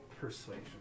Persuasion